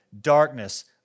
darkness